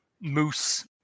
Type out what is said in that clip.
moose